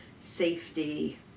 safety